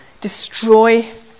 destroy